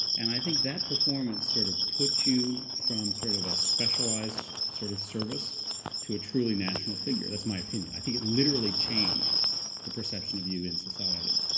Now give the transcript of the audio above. and i think that performance sort of put you from sort of a specialized sort of service to a truly national figure. that's my opinion. i think it literally changed the perception of you in society.